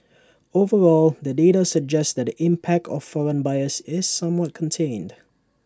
overall the data suggests that the impact of foreign buyers is somewhat contained